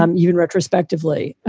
um even retrospectively.